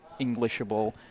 Englishable